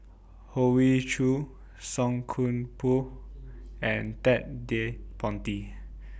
Hoey Choo Song Koon Poh and Ted De Ponti